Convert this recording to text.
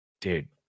dude